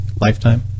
Lifetime